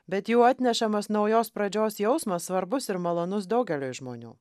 bet jų atnešamas naujos pradžios jausmas svarbus ir malonus daugeliui žmonių